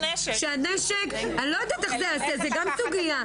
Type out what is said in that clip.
--- אני לא יודעת איך זה ייעשה, זאת גם סוגיה.